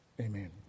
Amen